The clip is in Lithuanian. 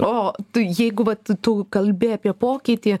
o tu jeigu vat tu kalbi apie pokytį